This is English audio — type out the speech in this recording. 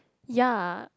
ya